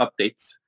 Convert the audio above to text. updates